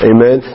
Amen